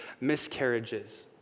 miscarriages